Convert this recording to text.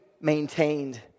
maintained